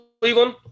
Cleveland